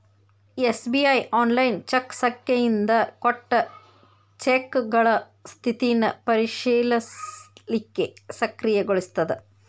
SBI online cheque ಸಂಖ್ಯೆಯಿಂದ ಕೊಟ್ಟ ಚೆಕ್ಗಳ ಸ್ಥಿತಿನ ಪರಿಶೇಲಿಸಲಿಕ್ಕೆ ಸಕ್ರಿಯಗೊಳಿಸ್ತದ